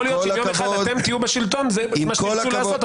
יכול להיות שיום אחד אתם תהיו בשלטון וזה מה שתרצו לעשות.